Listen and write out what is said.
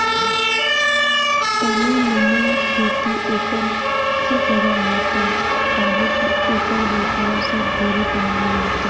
तनी मनी खेती एकर हर जगह होता काहे की एकर व्यापार से ढेरे कमाई होता